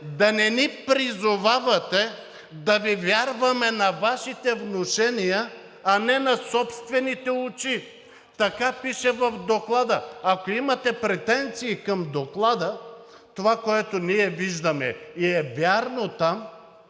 да не ни призовавате да Ви вярваме на Вашите внушения, а не на собствените очи. Така пише в Доклада. Ако имате претенции към Доклада, това, което ние виждаме и е вярно там,